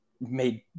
made